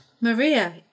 Maria